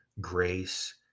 grace